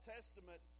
Testament